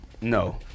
No